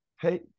hey